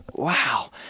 wow